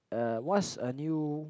uh what's a new